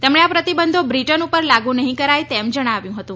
તેમણે આ પ્રતિબંધો બ્રિટન ઉપર લાગુ નહીં કરાય તેમ જણાવ્યું હતું